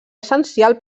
essencial